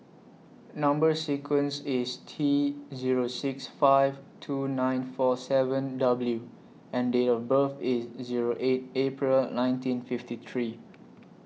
Number sequence IS T Zero six five two nine four seven W and Date of birth IS Zero eight April nineteen fifty three